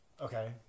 okay